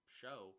show